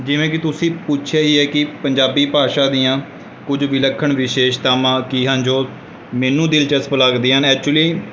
ਜਿਵੇਂ ਕਿ ਤੁਸੀਂ ਪੁੱਛਿਆ ਹੀ ਹੈ ਕਿ ਪੰਜਾਬੀ ਭਾਸ਼ਾ ਦੀਆਂ ਕੁਝ ਵਿਲੱਖਣ ਵਿਸ਼ੇਸ਼ਤਾਵਾਂ ਕੀ ਹਨ ਜੋ ਮੈਨੂੰ ਦਿਲਚਸਪ ਲੱਗਦੀਆਂ ਨੇ ਐਕਚੁਲੀ